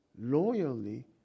loyally